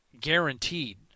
guaranteed